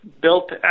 built